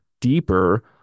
deeper